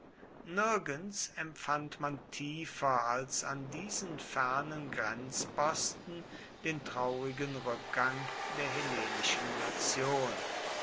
nirgends empfand man tiefer als an diesen fernen grenzposten den traurigen rückgang der hellenischen nation